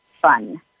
fun